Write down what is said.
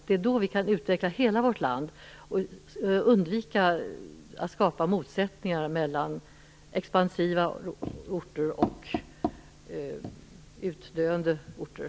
Det är då vi kan utveckla hela vårt land och undvika att skapa motsättningar mellan expansiva orter och utdöende orter.